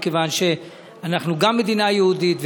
מכיוון שאנחנו גם מדינה יהודית,